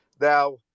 Now